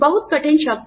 बहुत कठिन शब्द